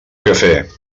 quefer